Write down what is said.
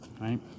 Right